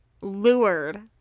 Lured